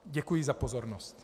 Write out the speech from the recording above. Děkuji za pozornost.